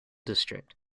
district